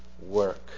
work